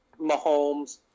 mahomes